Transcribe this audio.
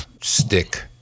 stick